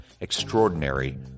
Extraordinary